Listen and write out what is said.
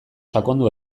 sakondu